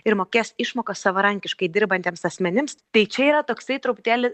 ir mokės išmokas savarankiškai dirbantiems asmenims tai čia yra toksai truputėlį